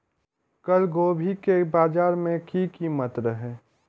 कल गोभी के बाजार में की कीमत रहे?